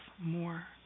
more